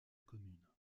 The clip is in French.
commune